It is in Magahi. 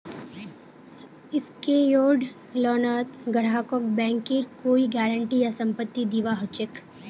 सेक्योर्ड लोनत ग्राहकक बैंकेर कोई गारंटी या संपत्ति दीबा ह छेक